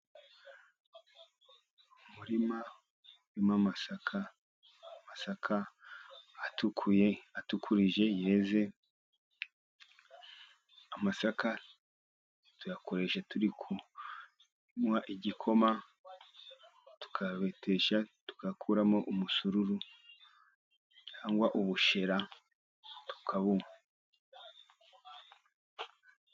Umurima urimo amasaka, amasaka atukuye, atukurije, yeze, amasaka tuyakoresha turi kunywa igikoma, tukabetesha tugakuramo umusururu cyangwa ubushera, tukabunywa.